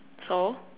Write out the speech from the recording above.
so